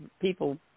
people